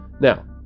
Now